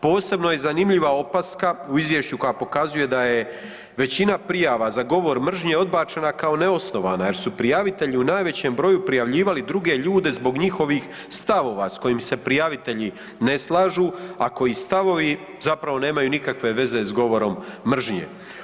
Posebno je zanimljiva opaska u izvješću koja pokazuje da je većina prijava za govor mržnje odbačena kao neosnovana, jer su prijavitelji u najvećem broju prijavljivali druge ljude zbog njihovih stavova s kojim se prijavitelji ne slažu, a koji stavovi zapravo nemaju nikakve veze s govorom mržnje.